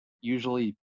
usually